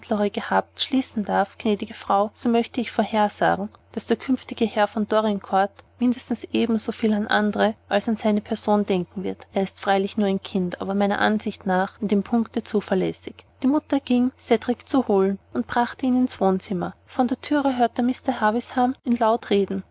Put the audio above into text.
gehabt schließen darf gnädige frau so möchte ich vorhersagen daß der künftige herr von dorincourt mindestens ebensoviel an andre als an seine person denken wird er ist freilich nur ein kind aber meiner ansicht nach in dem punkte zuverlässig die mutter ging cedrik zu holen und brachte ihn ins wohnzimmer vor der thüre hörte mr havisham ihn laut reden